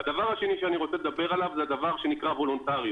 הדבר השני שאני רוצה לדבר עליו זה דבר שנקרא וולונטריות